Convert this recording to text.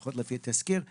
לפחות לפי התזכיר,